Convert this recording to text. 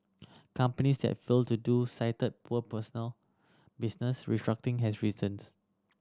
companies that failed to do cited poor personal business restructuring has reasons